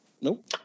Nope